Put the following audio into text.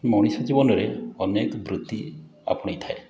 ମଣିଷ ଜୀବନରେ ଅନେକ ବୃତ୍ତି ଆପଣାଇଥାଏ